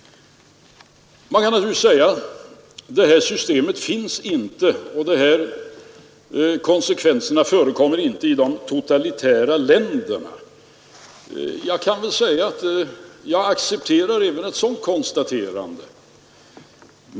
Man kan naturligtvis säga att detta system och dessa konsekvenser inte förekommer i de totalitära länderna. Jag kan acceptera även ett sådant konstaterande.